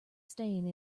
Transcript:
staying